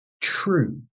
true